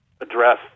address